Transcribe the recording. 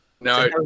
No